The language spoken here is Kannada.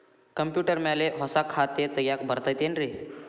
ಕಂಪ್ಯೂಟರ್ ಮ್ಯಾಲೆ ಹೊಸಾ ಖಾತೆ ತಗ್ಯಾಕ್ ಬರತೈತಿ ಏನ್ರಿ?